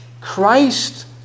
Christ